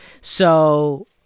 So-